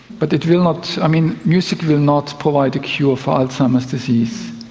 but it will not, i mean, music will not provide a cure for alzheimer's disease,